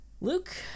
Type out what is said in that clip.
Luke